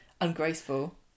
ungraceful